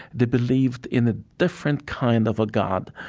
they believed in a different kind of a god